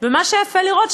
ומה שהיה יפה לראות,